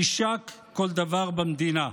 יישק כל דבר במדינה.